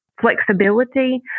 flexibility